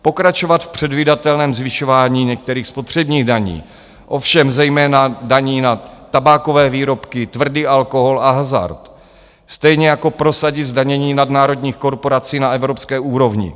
Pokračovat v předvídatelném zvyšování některých spotřebních daní, ovšem zejména daní na tabákové výrobky, tvrdý alkohol a hazard, stejně jako prosadit zdanění nadnárodních korporací na evropské úrovni.